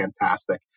fantastic